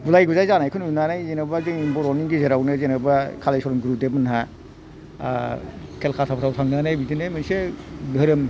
गुलाय गुजाय जानायखौ नुनानै जेन'बा जोंनि बर'नि गेजेरावनो जेन'बा कालिचरण गुरुदेब मोनहा केलकाताफ्राव थांनानै बिदिनो मोनसे धोरोम